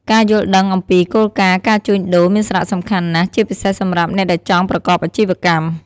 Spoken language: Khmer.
ការយល់ដឹងអំពី គោលការណ៍ការជួញដូរ មានសារៈសំខាន់ណាស់ ជាពិសេសសម្រាប់អ្នកដែលចង់ប្រកបអាជីវកម្ម។